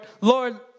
lord